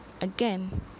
Again